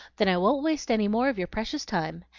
then i won't waste any more of your precious time.